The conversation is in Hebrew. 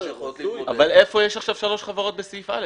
שיכולות להתמודד --- איפה יש שלוש חברות בסעיף (א)?